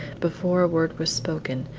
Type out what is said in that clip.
before a word was spoken,